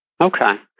Okay